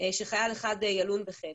שחייל אחד ילון בחדר.